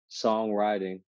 songwriting